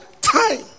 time